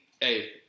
Hey